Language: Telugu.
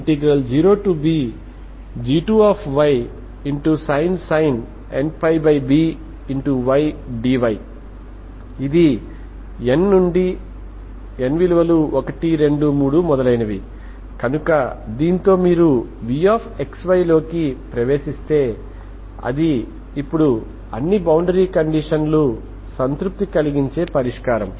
కాబట్టి తదుపరి కొన్ని వీడియోలలో మనము లాప్లేస్ సమీకరణం కోసం బౌండరీ విలువ సమస్యలను పరిష్కరిస్తాము ఎందుకంటే అక్కడ టైమ్ ఇవ్వలేదు అలాగే మనము ఎటువంటి ఇనీషియల్ కండిషన్ ఇవ్వలేదు